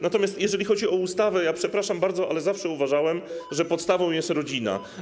Natomiast jeżeli chodzi o ustawę, to przepraszam bardzo, ale zawsze uważałem, że podstawą jest rodzina.